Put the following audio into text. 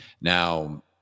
Now